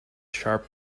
sharp